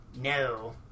No